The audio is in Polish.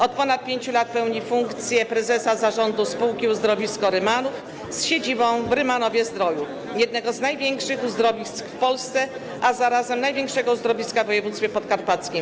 Od ponad 5 lat pełni funkcję prezesa zarządu spółki Uzdrowisko Rymanów z siedzibą w Rymanowie-Zdroju, jednego z największych uzdrowisk w Polsce, a zarazem największego uzdrowiska w województwie podkarpackim.